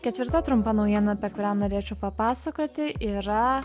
ketvirta trumpa naujiena apie kurią norėčiau papasakoti yra